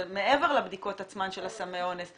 זה מעבר לבדיקות עצמן של סמי אונס.